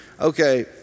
okay